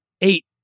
Eight